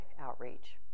outreach